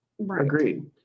agreed